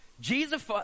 Jesus